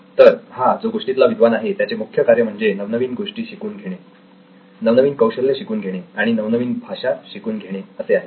तर हा जो गोष्टीतला विद्वान आहे त्याचे मुख्य कार्य म्हणजे नवनवीन गोष्टी शिकून घेणे नवनवीन कौशल्य शिकून घेणे आणि नवनवीन भाषा शिकून घेणे असे आहे